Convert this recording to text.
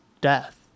death